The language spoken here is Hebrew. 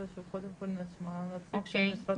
יכול להיות שקודם כל נשמע על הצפי של משרד הבריאות?